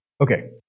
Okay